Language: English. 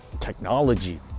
technology